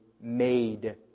made